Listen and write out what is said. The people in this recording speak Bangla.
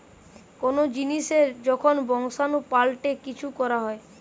কোন জিনিসের যখন বংশাণু পাল্টে কিছু করা হয়